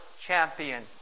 champion